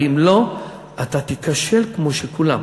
ואם לא אתה תיכשל כמו כולם.